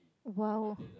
!wow!